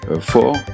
four